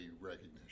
recognition